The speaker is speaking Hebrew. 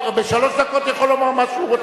בשלוש דקות הוא יכול לומר מה שהוא רוצה.